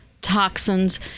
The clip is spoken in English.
Toxins